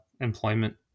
employment